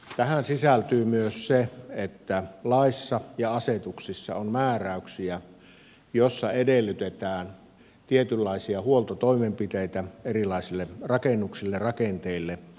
tähän sisältyy myös se että laissa ja asetuksissa on määräyksiä joissa edellytetään tietynlaisia huoltotoimenpiteitä erilaisille rakennuksille rakenteille vuosittain